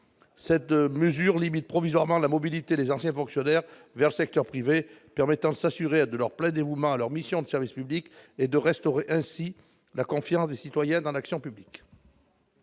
Cette mesure limite provisoirement la mobilité des anciens fonctionnaires vers le secteur privé, permettant de s'assurer de leur plein dévouement à leur mission de service public et de restaurer ainsi la confiance des citoyens dans l'action publique.